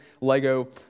Lego